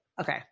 Okay